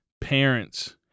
parents –